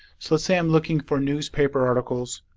so let's say i'm looking for newspaper articles